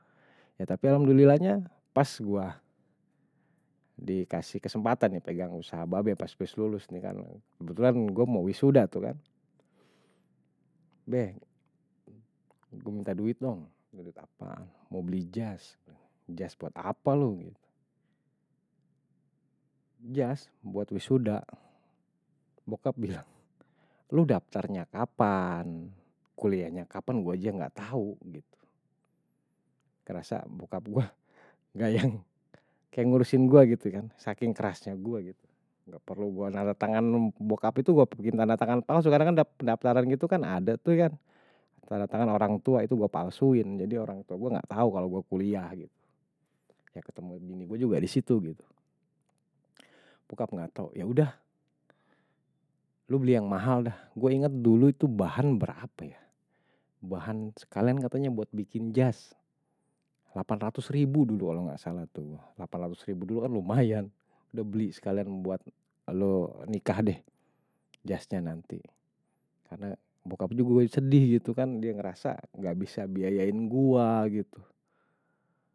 Ya tapi alhamdulillahnya pas gue dikasih kesempatan nih pegang usaha babe pas bis lulus nih kan. Kebetulan gue mau wisuda tuh kan. Be, gue minta duit dong. Mau beli jas, jas buat apa lo gitu. Jas buat wisuda. Bokap bilang, lo daftarnya kapan, kuliahnya kapan gue aja gak tahu gitu. Kerasa bokap gue kayak ngurusin gue gitu kan. Saking kerasnya gue gitu. Gak perlu gue, tanda tangan bokap itu gue bikin tanda tangan palsu. Karena kan daftaran gitu kan ada tuh kan. Tanda tangan orang tua itu gue palsuin. Jadi orang tua gue gak tahu kalau gue kuliah gitu. Ya ketemu bini gue juga di situ gitu. Bokap gak tahu, ya udah. Lo beli yang mahal dah. Gue ingat dulu itu bahan berapa ya. Bahan sekalian katanya buat bikin jas. delapan ratus ribu dulu kalau gak salah tuh. delapan ratus ribu dulu kan lumayan. Udah beli sekalian buat lo nikah deh jasnya nanti. Karena bokap gue sedih gitu kan. Dia ngerasa gak bisa biayain gue gitu.